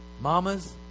Mamas